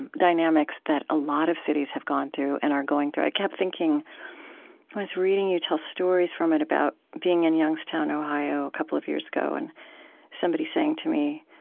and dynamics that a lot of cities have gone through and are going through. i kept thinking i was reading you tell stories from it, about being in youngstown, ohio, a couple of years ago, and somebody saying to me,